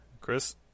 Chris